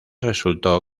resultó